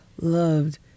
loved